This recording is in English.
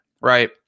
right